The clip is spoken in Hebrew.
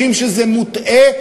תודה.